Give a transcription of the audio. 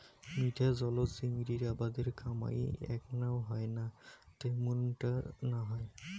মিঠা জলত চিংড়ির আবাদের কামাই এ্যাকনাও হয়না ত্যামুনটা না হয়